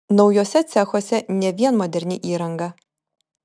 naujuose cechuose ne vien moderni įranga